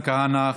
אדוני היושב-ראש,